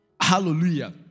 Hallelujah